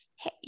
hey